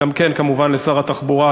גם כן כמובן לשר התחבורה,